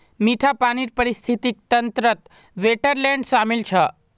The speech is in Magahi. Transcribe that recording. मीठा पानीर पारिस्थितिक तंत्रत वेट्लैन्ड शामिल छ